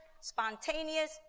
spontaneous